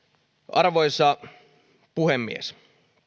arvoisa puhemies